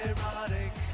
Erotic